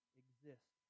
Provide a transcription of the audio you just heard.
exist